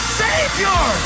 savior